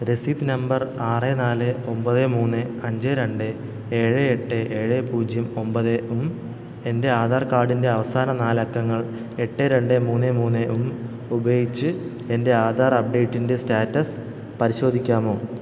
രസീത് നമ്പർ ആറ് നാല് ഒൻപത് മൂന്ന് അഞ്ച് രണ്ട് ഏഴ് എട്ട് ഏഴ് പൂജ്യം ഒമ്പതും എന്റെ ആധാർ കാർഡിന്റെ അവസാന നാല് അക്കങ്ങൾ എട്ട് രണ്ട് മൂന്ന് മൂന്നും ഉപയോഗിച്ച് എന്റെ ആധാർ അപ്ഡേറ്റിന്റെ സ്റ്റാറ്റസ് പരിശോധിക്കാമോ